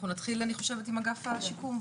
אנחנו נתחיל עם אגף השיקום.